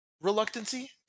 reluctancy